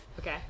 Okay